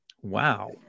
wow